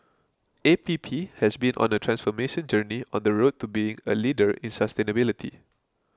A P P has been on a transformation journey on the road to being a leader in sustainability